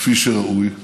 כפי שראוי.